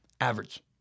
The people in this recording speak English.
average